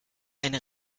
eine